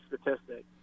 statistic